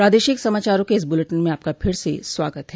प्रादेशिक समाचारों के इस बुलेटिन में आपका फिर से स्वागत है